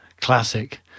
classic